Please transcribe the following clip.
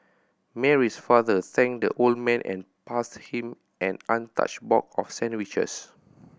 Mary's father thanked the old man and passed him an untouched box of sandwiches